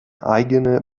eigene